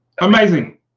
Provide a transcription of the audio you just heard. amazing